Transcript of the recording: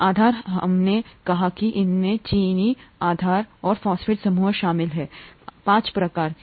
आधार हमने कहा कि इसमें चीनी आधार और फॉस्फेट समूह शामिल हैं आधार हैं पाँच प्रकार के